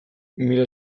mila